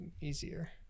easier